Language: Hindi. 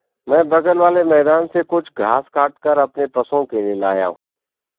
मैं बगल वाले मैदान से कुछ घास काटकर अपने पशुओं के लिए लाया हूं